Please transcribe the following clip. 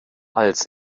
als